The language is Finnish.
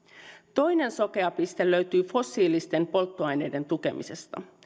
toinen sokea piste löytyy fossiilisten polttoaineiden tukemisesta